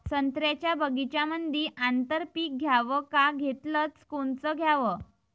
संत्र्याच्या बगीच्यामंदी आंतर पीक घ्याव का घेतलं च कोनचं घ्याव?